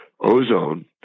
Ozone